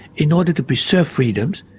in order to preserve freedoms,